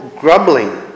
grumbling